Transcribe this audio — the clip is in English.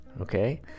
okay